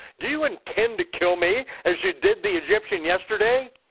do you intend to kill me as you did the egyptian yesterday?